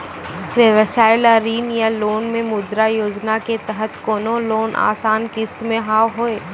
व्यवसाय ला ऋण या लोन मे मुद्रा योजना के तहत कोनो लोन आसान किस्त मे हाव हाय?